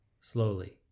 slowly